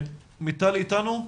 מיטל איתנו?